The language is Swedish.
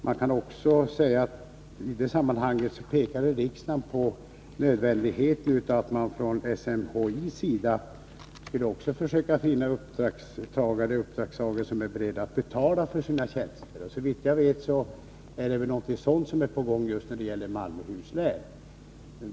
Man kan också säga att riksdagen i det sammanhanget pekade på nödvändigheten av att man från SMHI:s sida försöker finna uppdragstagare som är beredda att betala för SMHI:s tjänster. Såvitt jag vet är det någonting sådant som är på gång när det gäller Malmöhus län.